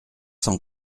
cent